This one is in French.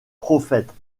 prophètes